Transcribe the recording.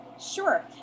Sure